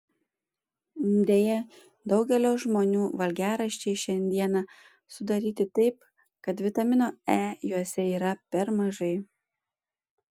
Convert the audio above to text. deja daugelio žmonių valgiaraščiai šiandieną sudaryti taip kad vitamino e juose yra per mažai